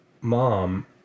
mom